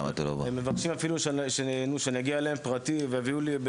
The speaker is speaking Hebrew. מבקשים אפילו שאגיע אליהם פרטי וישלמו לי.